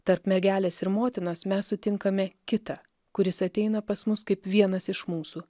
tarp mergelės ir motinos mes sutinkame kitą kuris ateina pas mus kaip vienas iš mūsų